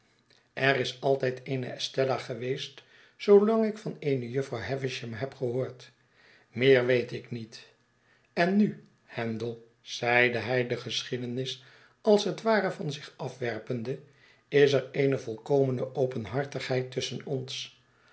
er is altijd eene estella geweest zoolang ik van eene jufvrouw havisham heb gehoord meer weet ik niet en nu handel zeide hij de geschiedenis als het ware van zich afwerpende is er eene volkomene openhartigheid tusschen ons